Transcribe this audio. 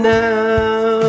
now